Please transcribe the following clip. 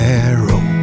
arrow